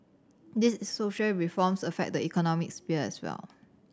these social reforms affect the economic sphere as well